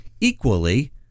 Equally